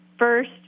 First